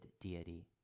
deity